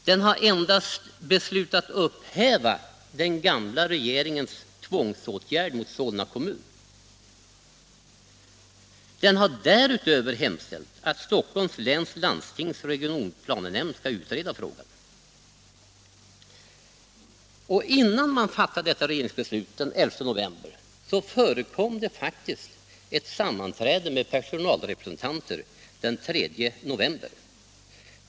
Den har endast beslutat upphäva den gamla regeringens tvångsåtgärd mot Solna kommun. Regeringen har därutöver hemställt att Stockholms läns landstings regionplanenämnd skulle utreda frågan. Innan man fattade detta regeringsbeslut den 11 november förekom det faktiskt ett sammanträde med personalrepresentanter den 3 november.